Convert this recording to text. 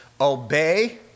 obey